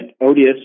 odious